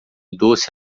doce